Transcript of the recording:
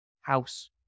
house